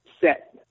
set